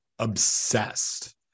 Obsessed